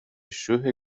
schuhe